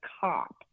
cop